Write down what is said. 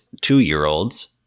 two-year-olds